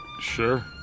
Sure